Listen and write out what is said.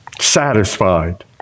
satisfied